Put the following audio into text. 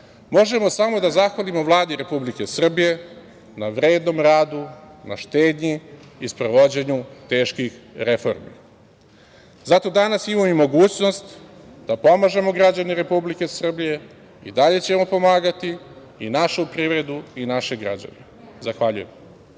Možemo samo da zahvalimo Vladi Republike Srbije na vrednom radu, na štednji i sprovođenju teških reformi. Zato danas imamo i mogućnost da pomažemo građanima Republike Srbije, i dalje ćemo pomagati, i našu privredu i naše građane. Zahvaljujem.